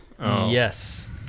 Yes